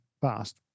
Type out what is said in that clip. fast